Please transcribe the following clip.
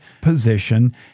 position